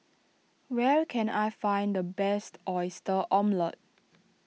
where can I find the best Oyster Omelette